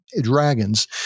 dragons